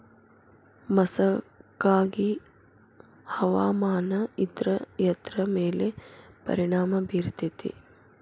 ಮಸಕಾಗಿ ಹವಾಮಾನ ಇದ್ರ ಎದ್ರ ಮೇಲೆ ಪರಿಣಾಮ ಬಿರತೇತಿ?